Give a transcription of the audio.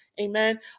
amen